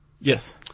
Yes